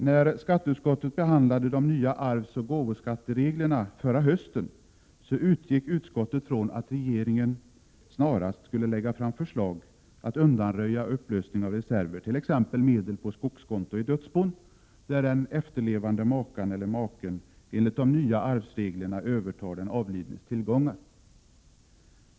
När skatteutskottet behandlade de nya arvsoch gåvoskattereglerna förra hösten utgick utskottet från att regeringen snarast skulle lägga fram förslag för att undanröja upplösning av reserver, t.ex. medel på skogskonto i dödsbon när den efterlevande makan eller maken enligt de nya arvsreglerna övertar den avlidnes tillgångar.